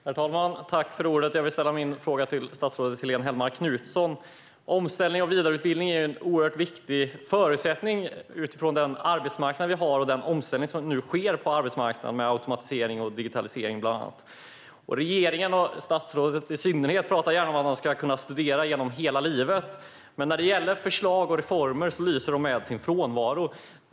Herr talman! Jag vill ställa min fråga till statsrådet Helene Hellmark Knutsson. Omställning och vidareutbildning är en oerhört viktig förutsättning utifrån den arbetsmarknad vi har och den omställning som nu sker där med bland annat automatisering och digitalisering. Regeringen och i synnerhet statsrådet pratar gärna om att man ska kunna studera genom hela livet, men förslag och reformer lyser med sin frånvaro.